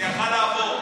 זה יכול היה לעבור.